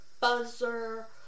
buzzer